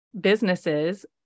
businesses